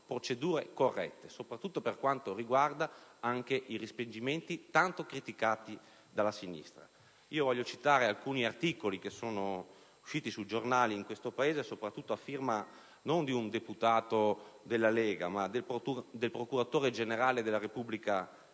sono corrette, soprattutto per quanto riguarda i respingimenti, tanto criticati dalla sinistra. Voglio citare alcuni articoli usciti sui giornali in questo Paese, soprattutto a firma non di un deputato della Lega, ma del procuratore generale della Repubblica